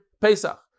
Pesach